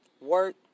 Work